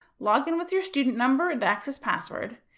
log in with you student number and acsis password,